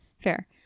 fair